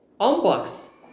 Unbox